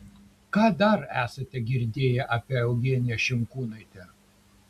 ką dar esate girdėję apie eugeniją šimkūnaitę